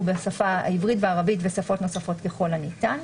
בשפה העברית והערבית ושפות נוספות ככל הניתן.